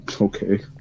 Okay